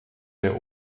der